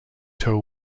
toe